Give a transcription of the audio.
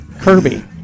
Kirby